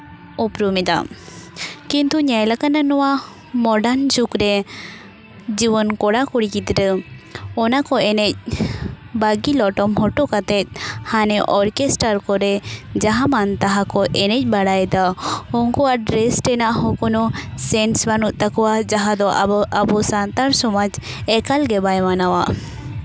ᱩᱯᱩᱨᱮᱢᱮᱫᱟ ᱠᱤᱱᱛᱩ ᱧᱮᱞᱟᱠᱟᱱᱟ ᱱᱚᱣᱟ ᱢᱚᱰᱟᱨᱱ ᱡᱩᱜᱽ ᱨᱮ ᱡᱩᱣᱟᱹᱱ ᱠᱚᱲᱟᱼᱠᱩᱲᱤ ᱜᱤᱫᱽᱨᱟᱹ ᱚᱱᱟ ᱠᱚ ᱮᱱᱮᱡ ᱵᱟᱹᱜᱤ ᱞᱚᱴᱚᱢ ᱦᱚᱴᱚ ᱠᱟᱛᱮ ᱦᱟᱱᱮ ᱚᱨᱜᱮᱥᱴᱨᱟ ᱠᱚᱨᱮ ᱡᱟᱦᱟᱸᱢᱟᱱ ᱛᱟᱦᱟᱸ ᱠᱚ ᱮᱱᱮᱡ ᱥᱮᱨᱮᱧ ᱵᱟᱲᱟᱭᱮᱫᱟ ᱩᱱᱠᱩᱣᱟᱜ ᱰᱨᱮᱹᱥ ᱨᱮᱱᱟᱜ ᱦᱚᱸ ᱠᱳᱱᱳ ᱥᱮᱱᱥ ᱵᱟᱹᱱᱩᱜ ᱛᱟᱠᱚᱣᱟ ᱡᱟᱦᱟᱸ ᱫᱚ ᱟᱵᱚ ᱟᱵᱚ ᱥᱟᱱᱛᱟᱲ ᱥᱚᱢᱟᱡᱽ ᱮᱠᱟᱞ ᱜᱮ ᱵᱟᱭ ᱢᱟᱱᱟᱣᱟ